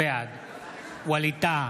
בעד ווליד טאהא,